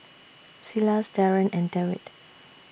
Silas Daren and Dewitt